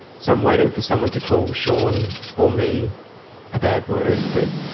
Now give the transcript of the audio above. so i'm waiting for someone to call sean or me a bad word. but